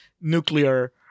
nuclear